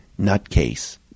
nutcase